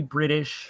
British